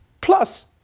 Plus